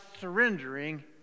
surrendering